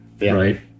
right